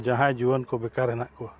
ᱡᱟᱦᱟᱸᱭ ᱡᱩᱣᱟᱹᱱ ᱠᱚ ᱵᱮᱠᱟᱨ ᱦᱮᱱᱟᱜ ᱠᱚᱣᱟ